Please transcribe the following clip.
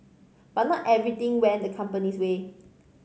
but not everything went the company's way